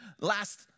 last